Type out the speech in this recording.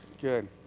good